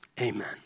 amen